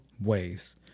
ways